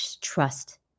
trust